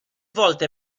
volte